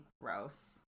gross